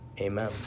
Amen